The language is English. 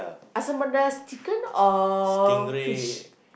asam-pedas chicken or fish